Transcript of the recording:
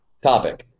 topic